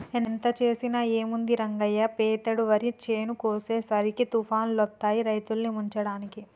ఎంత చేసినా ఏముంది రంగయ్య పెతేడు వరి చేను కోసేసరికి తుఫానులొత్తాయి రైతుల్ని ముంచడానికి